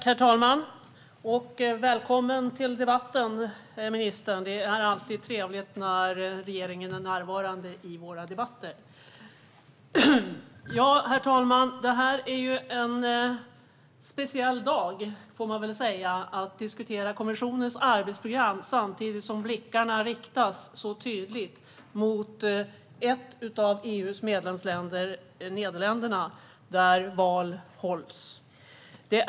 Herr talman! Välkommen till debatten, ministern! Det är alltid trevligt när regeringen deltar i våra debatter. Herr talman! Det här är en speciell dag. Vi ska diskutera kommissionens arbetsprogram samtidigt som blickarna riktas mot ett av EU:s medlemsländer, Nederländerna, där val hålls i dag.